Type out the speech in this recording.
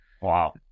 Wow